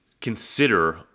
consider